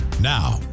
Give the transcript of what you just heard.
Now